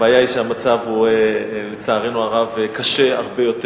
הבעיה היא שהמצב, לצערנו הרב, קשה הרבה יותר.